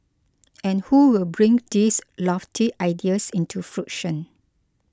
and who will bring these lofty ideas into fruition